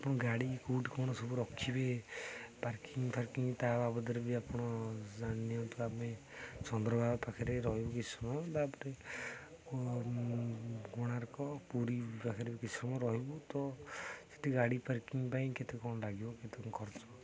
ଆପଣ ଗାଡ଼ି କେଉଁଠି କ'ଣ ସବୁ ରଖିବେ ପାର୍କିଂ ଫାର୍କିଙ୍ଗ ତା ବାବଦରେ ବି ଆପଣ ଜାଣିନିଅନ୍ତୁ ଆମେ ଚନ୍ଦ୍ରଭାଗା ପାଖରେ ରହିବୁ କିଛି ସମୟ ତା'ପରେ କୋଣାର୍କ ପୁରୀ ପାଖରେ କିଛି ସମୟ ରହିବୁ ତ ସେଠି ଗାଡ଼ି ପାର୍କିଂ ପାଇଁ କେତେ କ'ଣ ଲାଗିବ କେତେ କ'ଣ ଖର୍ଚ୍ଚ